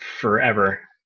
forever